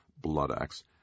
Bloodaxe